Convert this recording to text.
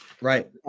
Right